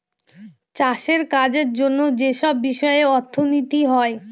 চাষের কাজের জন্য যেসব বিষয়ে অর্থনীতি হয়